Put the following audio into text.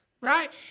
Right